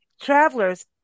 travelers